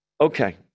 Okay